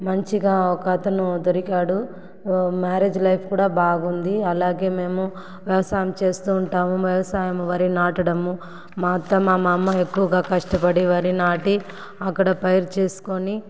మంచిగా ఒకతను దొరికాడు మ్యారేజ్ లైఫ్ కూడా బాగుంది అలాగే మేము వ్యవసాయం చేస్తు ఉంటాము వ్యవసాయము వరి నాటడము మా అత్త మా మామ ఎక్కువగా కష్టపడి వరి నాటి అక్కడ పైరు చేసుకొని